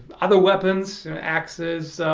other weapons, axes,